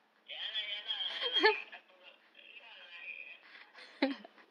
ya lah ya lah like I forgot then I'm like I don't know man